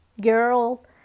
girl